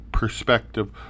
perspective